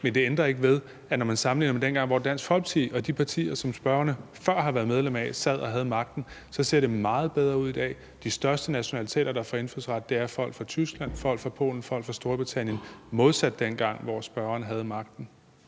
men det ændrer ikke ved, at når man sammenligner med dengang, hvor Dansk Folkeparti og de partier, som spørgerne før har været medlem af, havde magten, så ser det meget bedre ud i dag. De største nationaliteter, der får indfødsret, er folk fra Tyskland, Polen og Storbritannien, modsat dengang, hvor spørgeren havde magten.